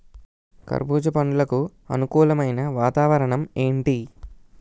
కర్బుజ పండ్లకు అనుకూలమైన వాతావరణం ఏంటి?